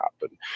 happen